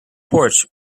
porch